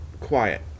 quiet